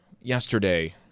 yesterday